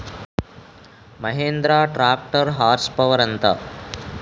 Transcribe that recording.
Mahindra tractor horse power ఎంత?